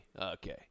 Okay